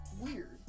weird